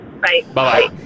Bye-bye